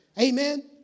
Amen